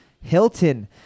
Hilton